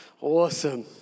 Awesome